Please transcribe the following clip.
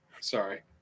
Sorry